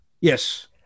Yes